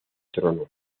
trono